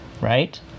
right